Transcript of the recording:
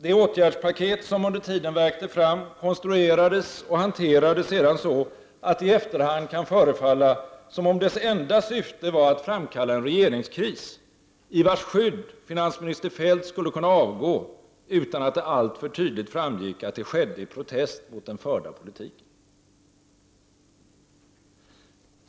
Det åtgärdspaket som under tiden värkte fram konstruerades och hanterades sedan så, att det i efterhand kan förefalla som om dess enda syfte var att framkalla en regeringskris, i vars skydd finansminister Feldt skulle kunna avgå utan att det alltför tydligt framgick att det skedde i protest mot den förda politiken.